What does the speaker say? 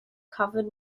covered